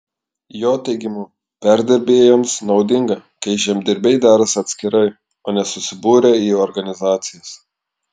jo teigimu perdirbėjams naudinga kai žemdirbiai derasi atskirai o ne susibūrę į organizacijas